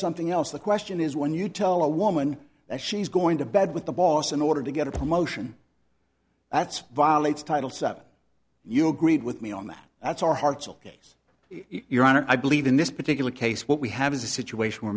something else the question is when you tell a woman that she's going to bed with the boss in order to get a promotion that's violates title seven you agreed with me on that that's our hearts ok your honor i believe in this particular case what we have is a situation where